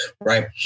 Right